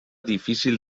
difícil